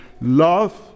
love